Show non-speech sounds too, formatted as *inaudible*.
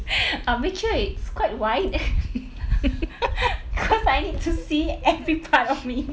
*noise* uh make sure it's quite wide *noise* cause I need to see every part of me